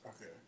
Okay